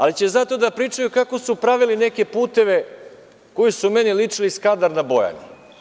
Ali će zato da pričaju kako su pravili neke puteve koji su meni ličili na Skadar na Bojani.